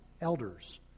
elders